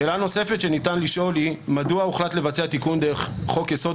שאלה נוספת שניתן לשאול היא: מדוע הוחלט לבצע תיקון דרך חוק-יסוד: